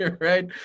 right